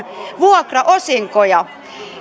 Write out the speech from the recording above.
vuokraosinkoja